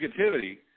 negativity